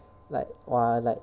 like !wah! like